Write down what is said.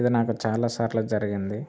ఇది నాకు చాలసార్లు జరిగింది